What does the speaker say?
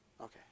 Okay